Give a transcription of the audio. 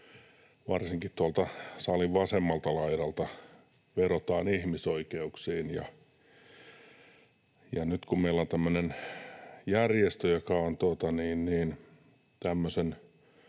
varsinkin tuolta salin vasemmalta laidalta vedotaan ihmisoikeuksiin, ja nyt meillä on tämmöinen järjestö, joka on